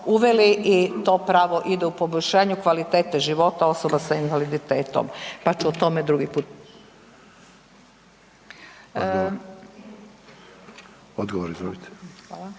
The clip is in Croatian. i to pravo ide u poboljšanju kvalitete života osoba sa invaliditetom pa ću o tome drugi put. **Puljak,